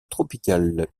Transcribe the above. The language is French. tropicales